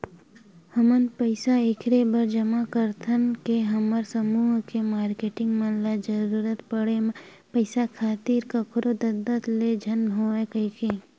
हमन पइसा ऐखरे बर जमा करथन के हमर समूह के मारकेटिंग मन ल जरुरत पड़े म पइसा खातिर कखरो दतदत ले झन होवय कहिके